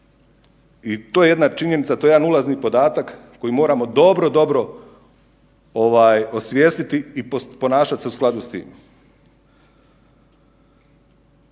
i to je jedna činjenica, to je jedan ulazni podatak koji moramo dobro, dobro osvijestiti i ponašat se u skladu s tim.